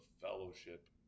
fellowship